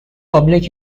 public